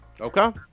Okay